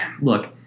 Look